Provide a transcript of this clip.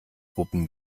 wuppen